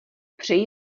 přeji